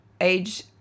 age